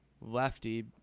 lefty